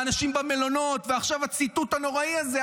האנשים במלונות ועכשיו הציטוט הנוראי הזה,